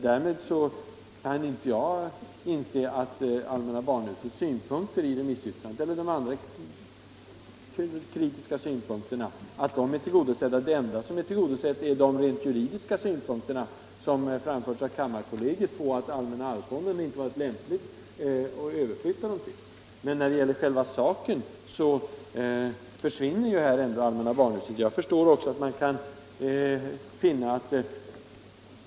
Jag kan inte inse att allmänna barnhusets synpunkter i remissyttrandet eller de andra kritiska synpunkterna därmed har tillgodosetts. Det enda som har tillgodosetts är de rent juridiska synpunkter som framförts av kammarkollegiet om att allmänna arvsfonden inte är lämplig att överflytta tillgångarna till. Men när det gäller själva saken innebär förslaget ändå att allmänna barnhuset försvinner.